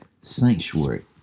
sanctuary